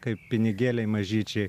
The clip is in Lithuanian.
kaip pinigėliai mažyčiai